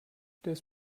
das